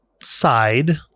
side